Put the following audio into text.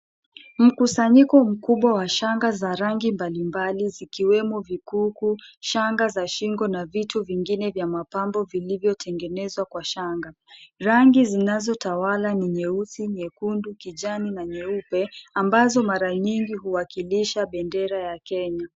Mkusanyiko mkubwa wa shanga za rangi mbalimbali zikiwemo vikuku, shanga za shingo na vitu vingine vya mapambo vilivyotegenezwa kwa shanga. Rangi zinazotawala ni nyeusi, nyekundu, kijani na nyeupe ambazo mara nyingi uwakilisha bendera ya Kenya.